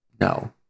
No